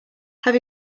have